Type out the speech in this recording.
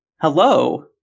Hello